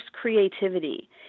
creativity